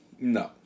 no